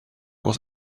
was